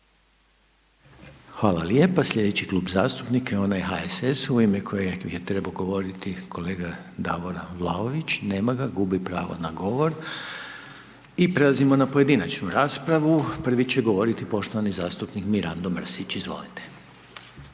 Hvala lijepa. Sljedeći klub zastupnika je onak HSS-a u ime kojeg je trebao govoriti kolega Davor Vlaović. Nema ga, gubi pravo na govor. I prelazimo na pojedinačnu raspravu, prvi će govoriti poštovani zastupnik Mirando Mrsić, izvolite.